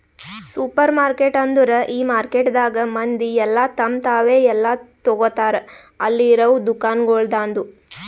supermarket ಅಂದುರ್ ಈ ಮಾರ್ಕೆಟದಾಗ್ ಮಂದಿ ಎಲ್ಲಾ ತಮ್ ತಾವೇ ಎಲ್ಲಾ ತೋಗತಾರ್ ಅಲ್ಲಿ ಇರವು ದುಕಾನಗೊಳ್ದಾಂದು